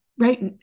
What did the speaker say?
Right